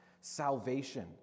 Salvation